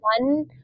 one